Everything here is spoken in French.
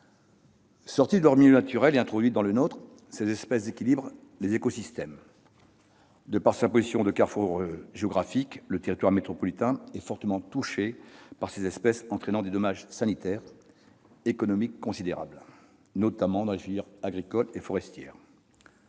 Sorties de leur milieu naturel et introduites dans le nôtre, ces espèces déséquilibrent les écosystèmes. De par sa position de carrefour géographique, le territoire métropolitain est fortement touché par ces espèces, ce qui entraîne des dommages sanitaires et économiques considérables, notamment dans les filières agricoles et forestières.